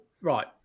right